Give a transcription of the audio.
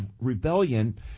rebellion